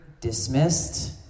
dismissed